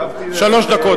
שלוש דקות.